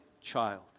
child